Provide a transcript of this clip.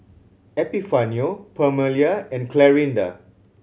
Epifanio Permelia and Clarinda